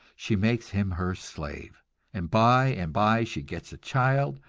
she makes him her slave and by and by she gets a child,